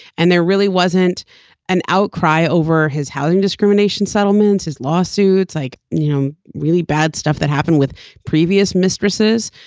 and there really wasn't an outcry over his housing discrimination settlements his lawsuits like you know really bad stuff that happened with previous mistresses.